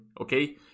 okay